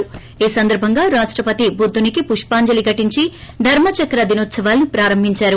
ొఈ సందర్బంగా రాష్టపతి బుద్దునికి పుష్సాంజిలీ ఘటించి ధర్మచక్ర దినోత్సవాలను ప్రారంభించారు